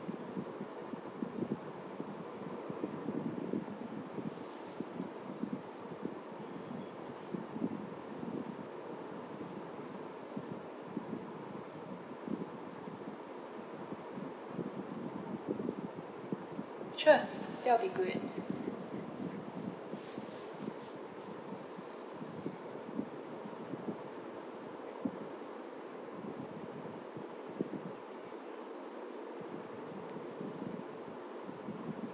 sure that will be good